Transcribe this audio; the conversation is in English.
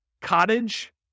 Cottage